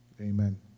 Amen